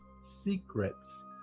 secrets